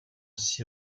six